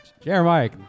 Jeremiah